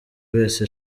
wese